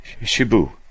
Shibu